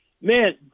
Man